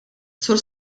sur